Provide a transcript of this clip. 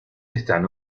están